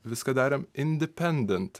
viską darėm indipendent